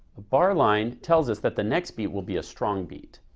a bar line tells us that the next beat will be a strong beat.